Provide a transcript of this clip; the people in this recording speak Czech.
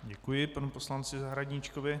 Děkuji panu poslanci Zahradníčkovi.